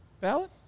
ballot